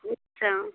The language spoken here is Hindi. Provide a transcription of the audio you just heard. अच्छा